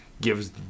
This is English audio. gives